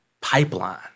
pipeline